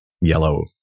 yellow